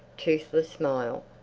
toothless smile,